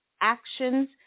actions